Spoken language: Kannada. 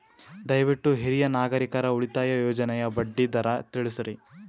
ದಯವಿಟ್ಟು ಹಿರಿಯ ನಾಗರಿಕರ ಉಳಿತಾಯ ಯೋಜನೆಯ ಬಡ್ಡಿ ದರ ತಿಳಸ್ರಿ